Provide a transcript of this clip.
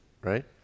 right